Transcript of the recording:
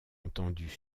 entendues